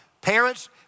parents